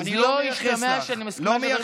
אני לא מייחס לך, שלא